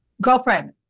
Girlfriend